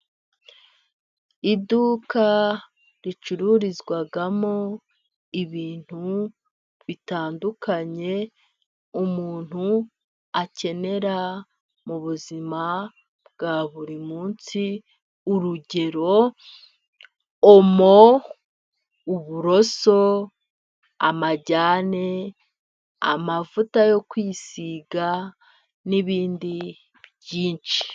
Iduka ricururizwamo ibintu bitandukanye umuntu akenera muzima bwa buri munsi, urugero omo, uburoso, amajyane, amavuta yo kwisiga n'ibindi byinshi.